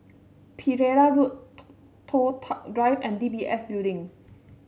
Pereira Road Toh Tuck Drive and D B S Building